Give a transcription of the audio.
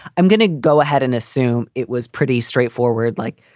i'm gonna go ahead and assume it was pretty straightforward. like,